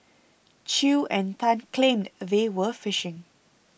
Chew and Tan claimed they were fishing